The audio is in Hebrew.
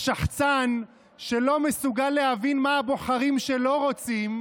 השחצן, שלא מסוגל להבין מה הבוחרים שלו רוצים,